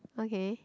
okay